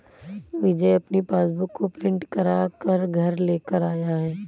विजय अपनी पासबुक को प्रिंट करा कर घर लेकर आया है